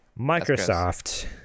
Microsoft